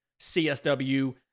CSW